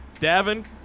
Davin